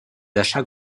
achats